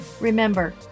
remember